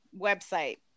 website